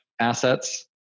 assets